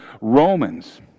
Romans